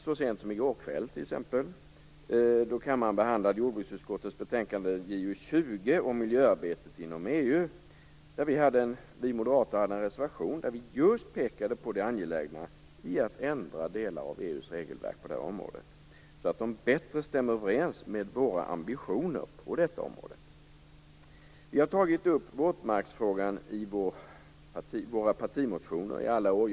Så sent som i går kväll, t.ex., behandlade kammaren jordbruksutskottets betänkande JoU20, om miljöarbetet inom EU. Vi moderater hade en reservation där vi just pekade på det angelägna i att ändra delar av EU:s regelverk på det här området, så att de bättre stämmer överens med våra ambitioner på området. Vi har tagit upp våtmarksfrågan i våra partimotioner i alla år.